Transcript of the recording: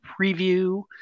preview